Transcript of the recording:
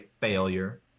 failure